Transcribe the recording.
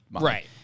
Right